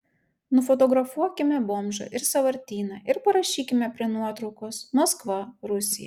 nufotografuokime bomžą ir sąvartyną ir parašykime prie nuotraukos maskva rusija